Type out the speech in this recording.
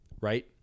right